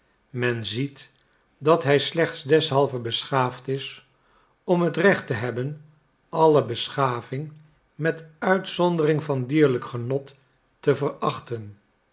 men ziet dat hij slechts deshalve beschaafd is om het recht te hebben alle beschaving met uitzondering van dierlijk genot te verachten